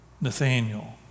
Nathaniel